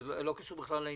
זה לא קשור בכלל לעניין.